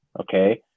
okay